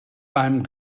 beim